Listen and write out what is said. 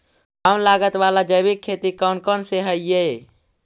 कम लागत वाला जैविक खेती कौन कौन से हईय्य?